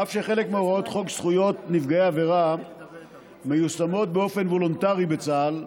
אף שחלק מהוראות חוק זכויות נפגעי עבירה מיושמות באופן וולונטרי בצה"ל,